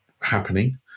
happening